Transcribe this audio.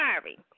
sorry